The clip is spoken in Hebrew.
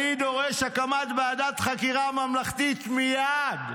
"אני דורש הקמת ועדת חקירה ממלכתית מייד"